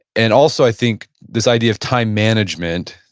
and also, i think this idea of time management,